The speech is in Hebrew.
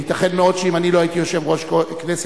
ייתכן מאוד שאם אני לא הייתי יושב-ראש כנסת,